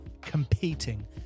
competing